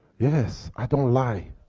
yes! i don't lie!